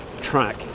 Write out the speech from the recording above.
track